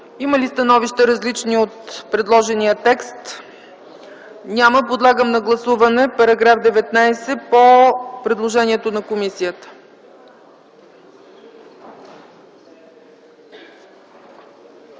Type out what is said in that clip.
различни становища от предложения текст? Няма. Подлагам на гласуване § 19 по предложението на комисията.